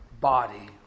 body